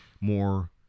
more